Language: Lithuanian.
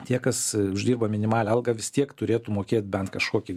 tie kas uždirba minimalią algą vis tiek turėtų mokėt bent kažkokį